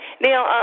Now